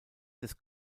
des